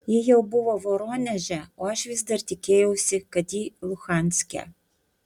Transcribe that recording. ji jau buvo voroneže o aš vis dar tikėjausi kad ji luhanske